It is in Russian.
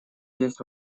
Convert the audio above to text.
здесь